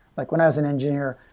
like when i was an engineer,